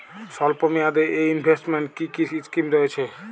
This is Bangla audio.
স্বল্পমেয়াদে এ ইনভেস্টমেন্ট কি কী স্কীম রয়েছে?